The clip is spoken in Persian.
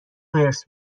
حرص